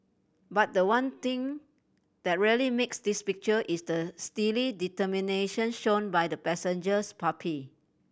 but the one thing that really makes this picture is the steely determination shown by the passengers puppy